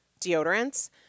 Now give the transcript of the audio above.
deodorants